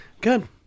Good